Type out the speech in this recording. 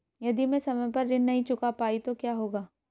यदि मैं समय पर ऋण नहीं चुका पाई तो क्या होगा?